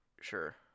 sure